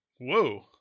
Whoa